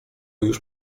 już